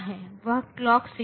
तो यह एक सही समाधान है